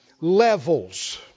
Levels